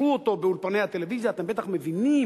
לחשו אותו באולפני הטלוויזיה: אתם בטח מבינים,